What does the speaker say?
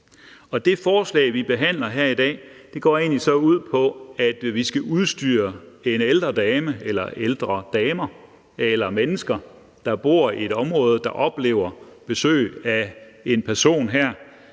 Det forslag, vi behandler her i dag, går egentlig så ud på, at vi skal udstyre den ældre dame eller de ældre damer eller mennesker, der bor i et område, der oplever besøg af en person som